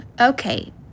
Okay